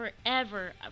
forever